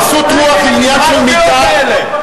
גסות רוח היא עניין של מידה, מה השטויות האלה?